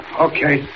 Okay